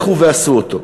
לכו ועשו אותו.